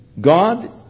God